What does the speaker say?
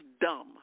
dumb